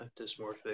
dysmorphic